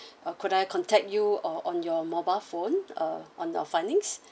uh could I contact you or on your mobile phone uh on our findings